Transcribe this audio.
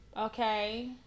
Okay